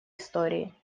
истории